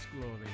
glory